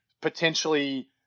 potentially